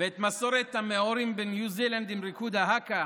ואת מסורת המאורים בניו זילנד עם ריקוד ההאקה,